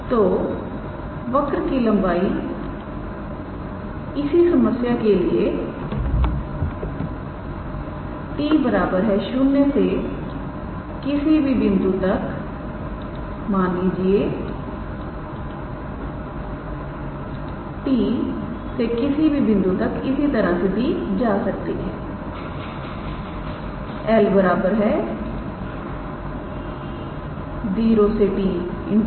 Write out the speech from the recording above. तो वक्र की लंबाई इसी समस्या के लिए t0 से किसी भी बिंदु तक मान लीजिए t से किसी बिंदु तक इस तरह से दी जा सकती है 𝐿 0t